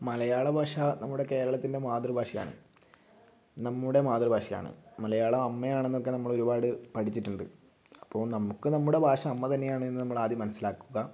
മലയാള ഭാഷ നമ്മുടെ കേരളത്തിൻ്റെ മാതൃഭാഷയാണ് നമ്മുടെ മാതൃഭാഷയാണ് മലയാളം അമ്മയാണ് എന്നൊക്കെ നമ്മൾ ഒരുപാട് പഠിച്ചിട്ടുണ്ട് അപ്പോൾ നമുക്ക് നമ്മുടെ ഭാഷ അമ്മ തന്നെയാണ് എന്ന് നമ്മൾ ആദ്യം മനസ്സിലാക്കുക